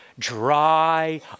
Dry